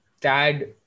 tad